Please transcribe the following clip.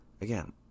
again